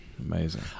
amazing